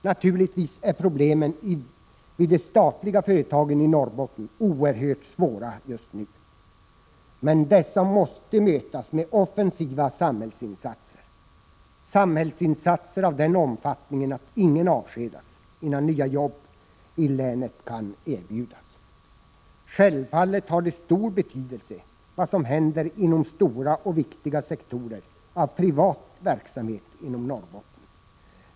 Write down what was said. Naturligtvis är problemen vid de statliga företagen i Norrbotten oerhört svåra just nu. Men dessa måste mötas med offensiva samhällsinsatser, samhällsinsatser av den omfattningen att ingen avskedas innan nya jobb i länet kan erbjudas. Självfallet har det stor betydelse vad som händer inom stora och viktiga sektorer av privat verksamhet inom Norrbotten.